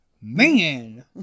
man